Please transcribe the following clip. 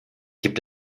gibt